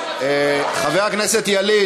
ההצבעה שלי לא נקלטה.